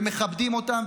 ומכבדים אותם,